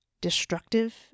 destructive